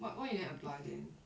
what why you never apply then